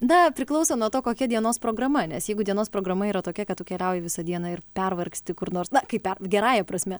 na priklauso nuo to kokia dienos programa nes jeigu dienos programa yra tokia kad tu keliauji visą dieną ir pervargsti kur nors na kaip pe gerąja prasme